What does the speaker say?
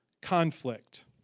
conflict